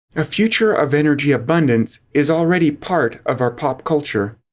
a future of energy abundance is already part of our pop-culture.